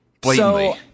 Blatantly